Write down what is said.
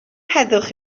heddwch